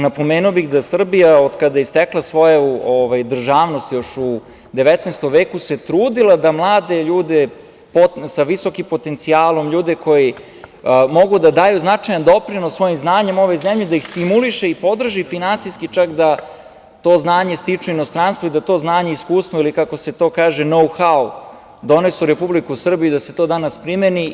Napomenuo bih da se Srbija od kada je stekla svoju državnost, još u 19. veku, trudila da mlade ljude sa visokim potencijalom, ljude koji mogu da daju značajan doprinos svojim znanjem ovoj zemlji da ih stimuliše i podrži finansijski, čak, da to znanje stiču u inostranstvo i da to znanje i iskustvo, ili kako se to kaže „know how“ donesu u Republiku Srbiju i da se to danas primeni.